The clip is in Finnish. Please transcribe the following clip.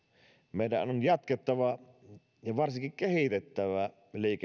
meidän on jatkettava ja varsinkin kehitettävä